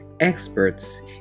experts